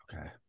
okay